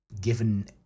given